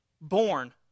Born